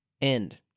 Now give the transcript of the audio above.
end